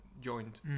joined